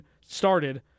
started